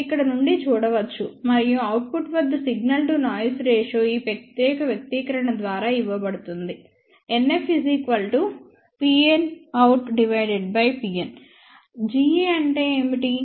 మీరు ఇక్కడ నుండి చూడవచ్చు మరియు అవుట్పుట్ వద్ద సిగ్నల్ టు నాయిస్ రేషియో ఈ ప్రత్యేక వ్యక్తీకరణ ద్వారా ఇవ్వబడుతుంది NFPnoutPn Ga అంటే ఏమిటి